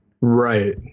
Right